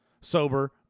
sober